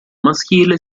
maschile